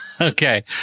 Okay